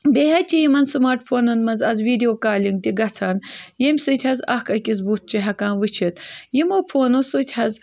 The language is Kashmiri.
بیٚیہِ حظ چھِ یِمَن سُماٹ فونَن منٛز آز ویٖڈیو کالِنٛگ تہِ گژھان ییٚمہِ سۭتۍ حظ اکھ أکِس بُتھ چھِ ہٮ۪کان وٕچھِتھ یِمو فونو سۭتۍ حظ